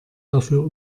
dafür